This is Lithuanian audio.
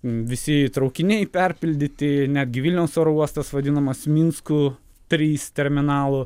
visi traukiniai perpildyti netgi vilniaus oro uostas vadinamas minsku trys terminalu